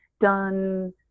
done –